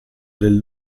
del